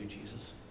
Jesus